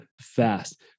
fast